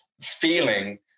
feeling